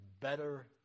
better